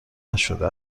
نشده